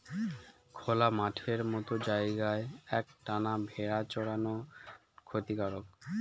খোলা মাঠের মত জায়গায় এক টানা ভেড়া চরানো ক্ষতিকারক